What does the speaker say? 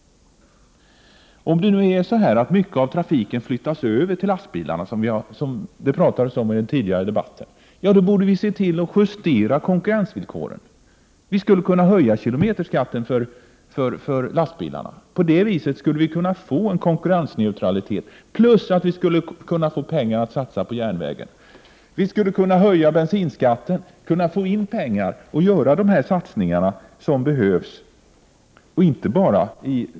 Om det blir så att mycket av trafiken flyttas över till lastbil, som det sades häri den tidigare debatten, borde vi se till att justera konkurrensvillkoren. Vi skulle kunna höja kilometerskatten för lastbilar. På det viset skulle vi kunna få en konkurrensneutralitet och dessutom pengar att satsa på järnvägen. Vi skulle kunna höja bensinskatten, få in pengar och göra de satsningar som behövs.